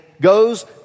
goes